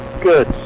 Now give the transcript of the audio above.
good